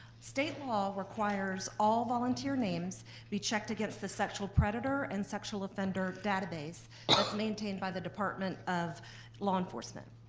state law requires all volunteer names be checked against the sexual predator and sexual offender database that's maintained by the department of law enforcement.